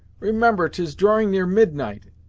remember tis drawing near midnight,